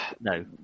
no